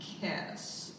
kiss